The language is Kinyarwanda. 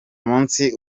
munsi